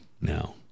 now